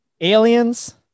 aliens